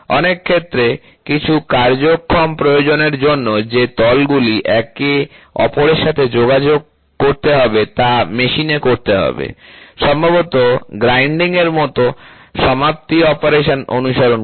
অনেক ক্ষেত্রে কিছু কার্যক্ষম প্রয়োজনের জন্য যে তলগুলি একে অপরের সাথে যোগাযোগ করতে হবে তা মেশিনে করতে হবে সম্ভবত গ্রাইন্ডিং এর মত সমাপ্তি অপারেশন অনুসরণ করে